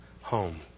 home